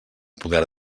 poder